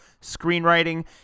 Screenwriting